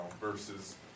versus